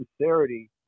sincerity